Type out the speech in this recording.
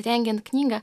rengiant knygą